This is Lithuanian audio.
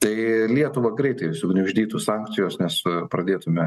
tai lietuvą greitai sugniuždytų sankcijos nes pradėtume